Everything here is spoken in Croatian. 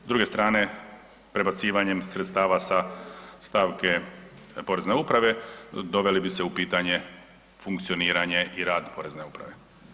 S druge strane, prebacivanjem sredstava sa stavke porezne uprave doveli bi se u pitanje funkcioniranje i rad porezne uprave.